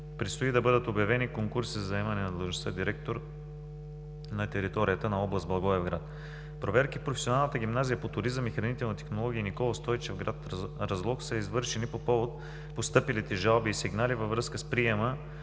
Предстои да бъдат обявени конкурси за заемане на длъжността „директор“ на територията на област Благоевград. Проверки в Професионалната гимназия по туризъм и хранителни технологии „Никола Стойчев“ в град Разлог са извършени по повод постъпилите жалби и сигнали във връзка с приема